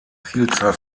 vielzahl